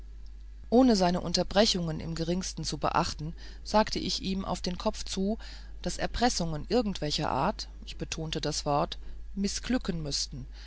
ohne seine unterbrechungen im geringsten zu beachten sagte ich ihm auf den kopf zu daß erpressungen irgendwelcher art ich betonte das wort mißglücken müßten